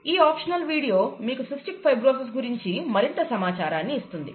ఈ optional video మీకు cystic fibrosis గురించి మరింత సమాచారం ఇస్తుంది